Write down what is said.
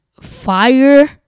fire